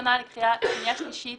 ראשונה לקריאה שנייה ושלישית,